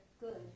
good